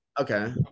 okay